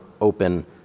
open